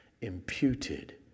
imputed